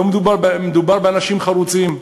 מדובר באנשים חרוצים,